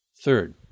Third